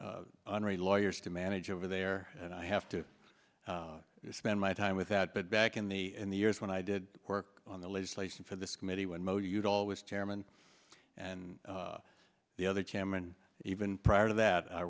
henri lawyers to manage over there and i have to spend my time with that but back in the in the years when i did work on the legislation for this committee when motor you'd always chairman and the other chairman even prior to that i